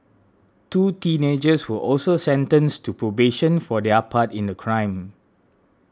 two teenagers were also sentenced to probation for their part in the crime